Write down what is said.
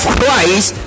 Christ